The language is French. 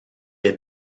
est